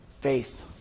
Faith